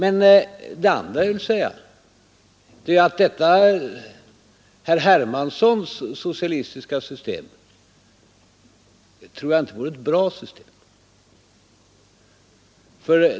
En annan sak som jag vill säga är att detta herr Hermanssons socialistiska system tror jag inte vore ett bra system.